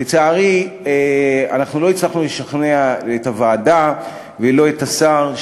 לצערי אנחנו לא הצלחנו לשכנע את הוועדה ולא את השר,